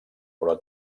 però